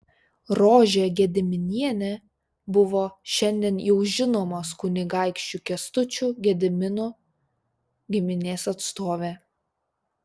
rožė gediminienė buvo šiandien jau žinomos kunigaikščių kęstučių gediminų giminės atstovė